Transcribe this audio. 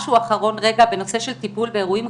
דבר אחרון בנושא טיפול באירועים,